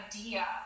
idea